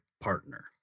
partner